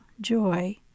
joy